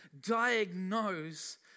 diagnose